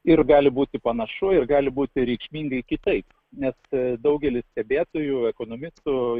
ir gali būti panašu ir gali būti reikšmingai kitaip net daugelis stebėtojų ekonomistų